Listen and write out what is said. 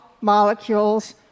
molecules